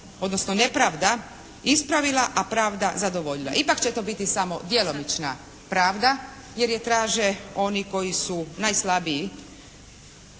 odnosno nepravda ispravila a pravda zadovoljila. Ipak će to bili samo djelomična pravda jer je traže oni koji su najslabiji